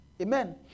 Amen